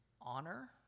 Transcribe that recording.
honor